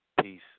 Peace